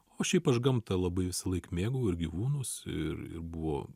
o šiaip aš gamtą labai visąlaik mėgau ir gyvūnus ir ir buvo